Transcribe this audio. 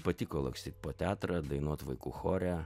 patiko lakstyt po teatrą dainuot vaikų chore